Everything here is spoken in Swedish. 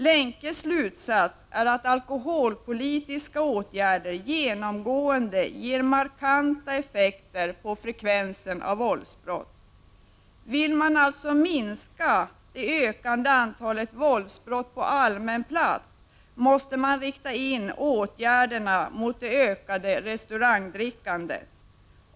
Lenkes slutsats är att alkoholpolitiska åtgärder genomgående ger markanta effekter på frekvensen av våldsbrott. Vill man alltså minska det ökande antalet våldsbrott på allmän plats måste man rikta åtgärderna mot det ökade restaurangdrickandet.